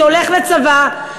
שהולך לצבא,